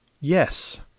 Yes